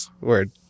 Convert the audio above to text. word